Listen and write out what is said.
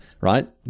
right